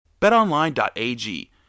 Betonline.ag